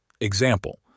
Example